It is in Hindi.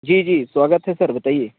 जी जी स्वागत है सर बताइए